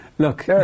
Look